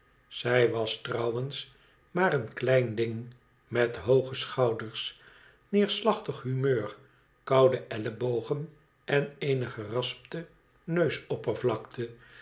zij was trouwens maar een klein ding met hooge schouders neerslachtig humeur koude ellebogen en eene geraspte neusoppervlakte